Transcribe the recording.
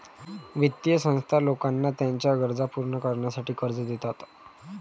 वित्तीय संस्था लोकांना त्यांच्या गरजा पूर्ण करण्यासाठी कर्ज देतात